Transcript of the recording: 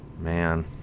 man